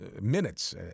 minutes